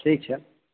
ठीक छै